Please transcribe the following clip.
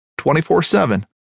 24-7